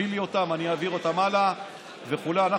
אם אתה רוצה, תביא לי אותם, אני אעביר אותם הלאה.